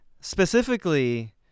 Specifically